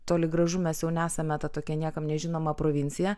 toli gražu mes jau nesame ta tokia niekam nežinoma provincija